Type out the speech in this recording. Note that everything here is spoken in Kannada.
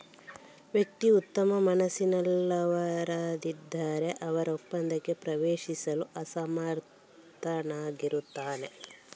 ವ್ಯಕ್ತಿಯು ಉತ್ತಮ ಮನಸ್ಸಿನವರಲ್ಲದಿದ್ದರೆ, ಅವನು ಒಪ್ಪಂದಕ್ಕೆ ಪ್ರವೇಶಿಸಲು ಅಸಮರ್ಥನಾಗಿರುತ್ತಾನೆ